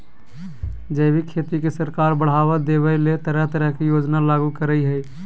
जैविक खेती के सरकार बढ़ाबा देबय ले तरह तरह के योजना लागू करई हई